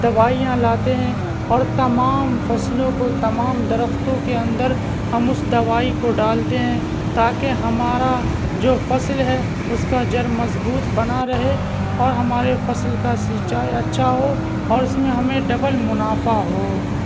دوائیاں لاتے ہیں اور تمام فصلوں کو تمام درختوں کے اندر ہم اس دوائی کو ڈالتے ہیں تا کہ ہمارا جو فصل ہے اس کا جڑ مضبوط بنا رہے اور ہمارے فصل کا سنچائی اچھا ہو اور اس میں ہمیں ڈبل منافع ہو